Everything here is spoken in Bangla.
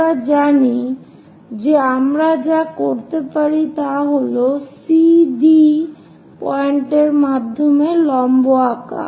আমরা জানি যে আমরা যা করতে পারি তা হল C D পয়েন্টের মাধ্যমে লম্ব আঁকা